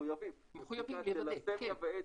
מחויבים, על פי חוק.